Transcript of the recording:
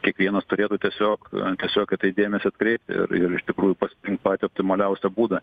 kiekvienas turėtų tiesiog tiesiog į tai dėmesį atkreipti ir iš tikrųjų pas patį optimaliausią būdą